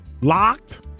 locked